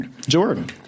Jordan